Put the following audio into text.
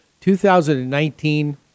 2019